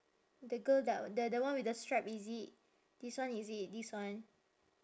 the girl that the the one with the strap is it this one is it this one